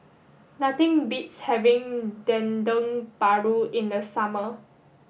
nothing beats having Dendeng Paru in the summer